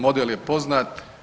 Model je poznat.